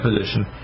position